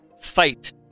fight